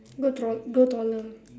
grow tall grow taller